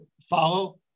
follow